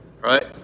right